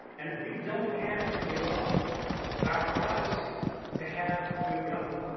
and we don't have to give up our privacy to have good government.